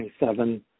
27